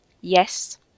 yes